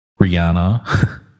Rihanna